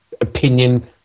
opinion